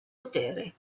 potere